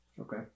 Okay